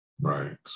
Right